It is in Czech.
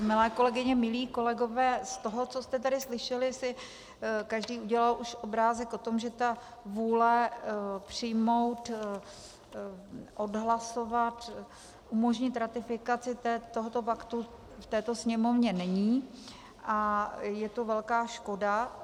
Milé kolegyně, milí kolegové, z toho, co jste tady slyšeli, si každý udělal už obrázek o tom, že ta vůle přijmout, odhlasovat, umožnit ratifikaci tohoto paktu v této Sněmovně není, a je to velká škoda.